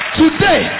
today